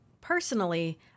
Personally